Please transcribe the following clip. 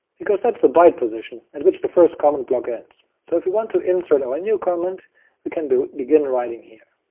because that's the byte position at which the first comment block ends, so if we want to insert our new comment we can begin writing here.